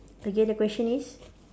again the question is